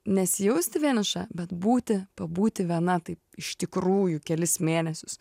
nesijausti vieniša bet būti pabūti viena taip iš tikrųjų kelis mėnesius